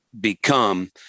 become